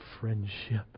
friendship